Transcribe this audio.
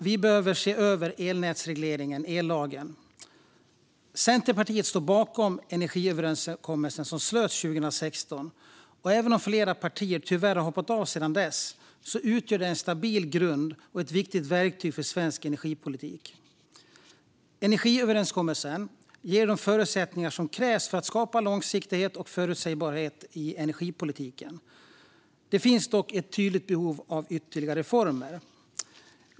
Vi behöver se över elnätsregleringen och ellagen. Centerpartiet står bakom energiöverenskommelsen som slöts 2016. Även om flera partier tyvärr har hoppat av sedan dess utgör den en stabil grund och är ett viktigt verktyg för svensk energipolitik. Energiöverenskommelsen ger de förutsättningar som krävs för att skapa långsiktighet och förutsägbarhet i energipolitiken. Det finns dock ett tydligt behov av ytterligare reformer.